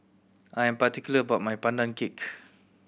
I am particular about my Pandan Cake